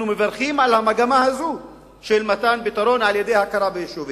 אנחנו מברכים על המגמה הזו של מתן פתרון על-ידי הכרה ביישובים.